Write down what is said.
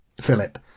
philip